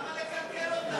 אז למה לקלקל אותה?